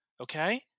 okay